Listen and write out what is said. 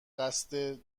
قصد